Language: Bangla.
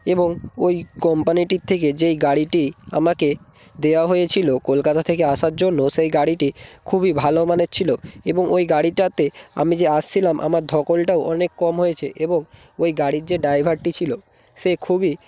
এবং ওই কোম্পানিটির থেকে যেই গাড়িটি আমাকে দেওয়া হয়েছিলো কলকাতা থেকে আসার জন্য সেই গাড়িটি খুবই ভালো মানের ছিলো এবং ওই গাড়িটাতে আমি যে আসছিলাম আমার ধকলটাও অনেক কম হয়েছে এবং ওই গাড়ির যে ড্রাইভারটি ছিলো সে খুবই